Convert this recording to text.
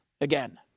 again